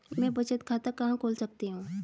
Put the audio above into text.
मैं बचत खाता कहां खोल सकती हूँ?